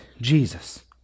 Jesus